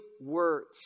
words